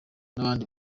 n’abandi